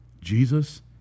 Jesus